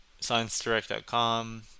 ScienceDirect.com